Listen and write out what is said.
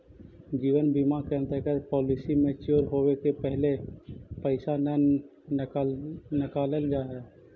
जीवन बीमा के अंतर्गत पॉलिसी मैच्योर होवे के पहिले पैसा न नकालल जाऽ हई